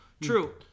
True